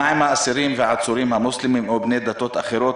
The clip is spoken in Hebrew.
מה עם האסירים והעצורים המוסלמים או בני דתות אחרות?